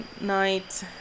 night